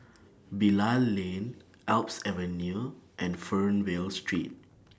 Bilal Lane Alps Avenue and Fernvale Street